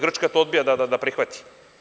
Grčka to odbija da prihvati.